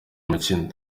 mukino